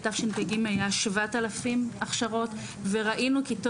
לתשפ"ג היה 7,000 הכשרות וראינו כי טוב